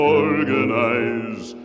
organize